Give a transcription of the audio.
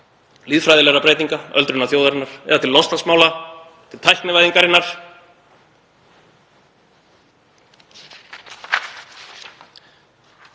lýðfræðilegra breytinga, öldrunar þjóðarinnar eða til loftslagsmála, tæknivæðingarinnar.